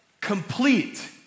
complete